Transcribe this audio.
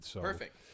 Perfect